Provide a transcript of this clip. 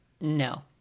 No